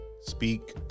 Speak